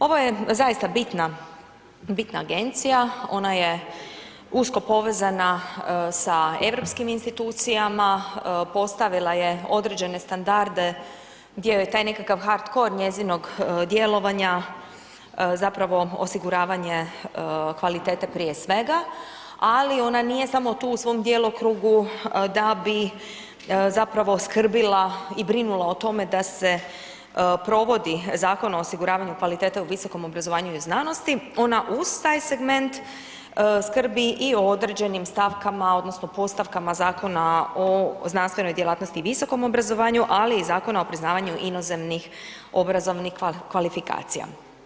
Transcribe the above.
Ovo je zaista bitna, bitna Agencija, ona je usko povezana sa Europskim institucijama, postavila je određene standarde, gdje joj je taj nekakav hard core njezinog djelovanja zapravo osiguravanje kvalitete prije svega, ali ona nije samo tu u svom djelokrugu da bi zapravo skrbila i brinula o tome da se provodi Zakon o osiguravanju kvalitete u visokom obrazovanju i znanosti, ona uz taj segment skrbi i o određenim stavkama odnosno postavkama Zakona o znanstvenoj djelatnosti i visokom obrazovanju, ali i Zakona o priznavanju inozemnih obrazovnih kvalifikacija.